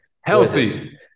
healthy